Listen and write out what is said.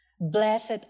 Blessed